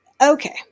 okay